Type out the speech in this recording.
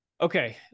Okay